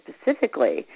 specifically